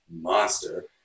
monster